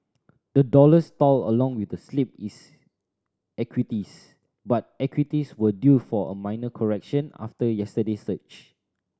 the dollar stalled along with the slip is equities but equities were due for a minor correction after yesterday's surge